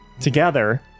Together